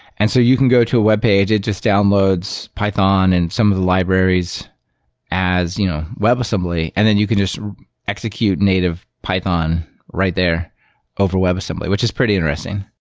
and so you can go to a webpage. it just downloads python and some of the libraries as you know webassembly, and then you can just execute native python right there over webassembly, which is pretty interesting.